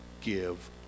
give